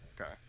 Okay